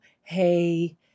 Hey